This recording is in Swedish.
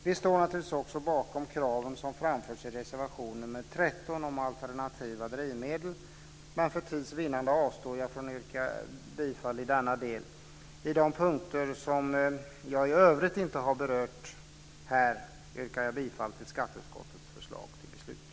Vi står naturligtvis också bakom kraven som framförts i reservation nr 13 om alternativa drivmedel, men för tids vinnande avstår jag från att yrka bifall i denna del. På de punkter i övrigt som jag inte har berört här yrkar jag bifall till skatteutskottets förslag till beslut.